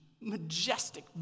majestic